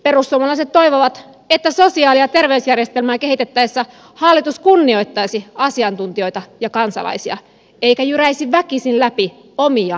perussuomalaiset toivovat että sosiaali ja terveysjärjestelmää kehitettäessä hallitus kunnioittaisi asiantuntijoita ja kansalaisia eikä jyräisi väkisin läpi omia henkilökohtaisia näkemyksiään